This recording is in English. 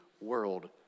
world